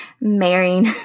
marrying